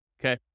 Okay